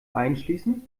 einschließen